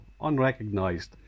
unrecognised